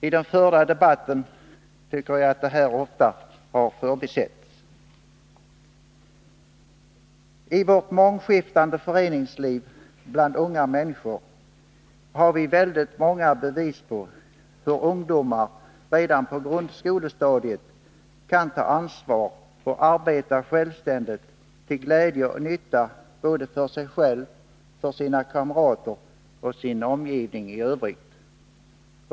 I den förda debatten har detta, tycker jag, ofta förbisetts. I vårt mångskiftande föreningsliv, bland unga människor, har vi väldigt många bevis på hur ungdomar redan på grundskolestadiet kan ta ansvar att arbeta självständigt till glädje och nytta för både sig själva, sina kamrater och sin omgivning i övrigt.